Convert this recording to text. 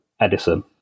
Edison